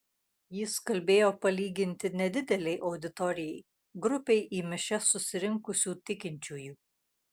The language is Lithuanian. jis kalbėjo palyginti nedidelei auditorijai grupei į mišias susirinkusių tikinčiųjų